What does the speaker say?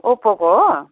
ओप्पोको हो